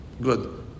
Good